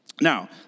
Now